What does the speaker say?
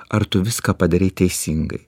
ar tu viską padarei teisingai